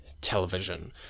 television